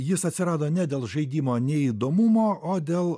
jis atsirado ne dėl žaidimo neįdomumo o dėl